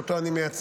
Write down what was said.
שאותה אני מייצג,